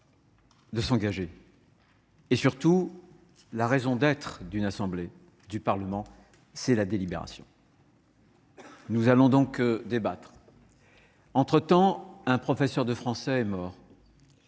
de s’engager. Mais surtout, la raison d’être d’une assemblée et du Parlement, c’est la délibération. Nous allons donc débattre. Entre temps, un professeur de français est mort.